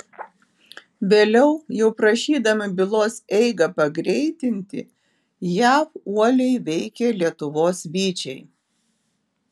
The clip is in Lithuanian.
vėliau jau prašydami bylos eigą pagreitinti jav uoliai veikė lietuvos vyčiai